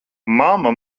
mamma